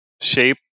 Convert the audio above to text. shape